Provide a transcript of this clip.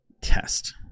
test